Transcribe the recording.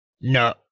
No